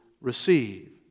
receive